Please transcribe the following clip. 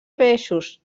peixos